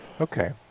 Okay